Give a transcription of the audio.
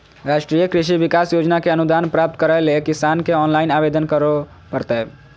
राष्ट्रीय कृषि विकास योजना के अनुदान प्राप्त करैले किसान के ऑनलाइन आवेदन करो परतय